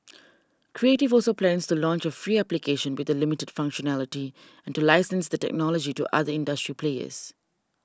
creative also plans to launch a free application with the limited functionality and to license the technology to other industry players